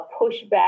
pushback